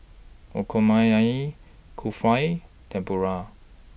Okonomiyaki Kulfi Tempura